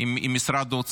עם משרד האוצר,